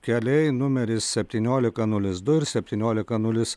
keliai numeris septyniolika nulis du ir septyniolika nulis